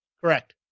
Correct